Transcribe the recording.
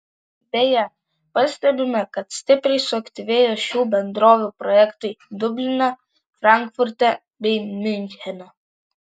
beje pastebime kad stipriai suaktyvėjo šių bendrovių projektai dubline frankfurte bei miunchene